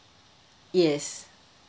yes